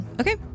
Okay